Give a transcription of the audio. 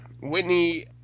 Whitney